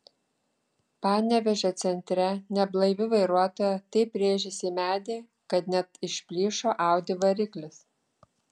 panevėžio centre neblaivi vairuotoja taip rėžėsi į medį kad net išplyšo audi variklis